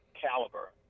caliber